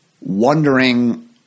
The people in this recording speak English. wondering